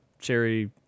cherry